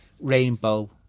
rainbow